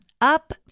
Up